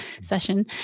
session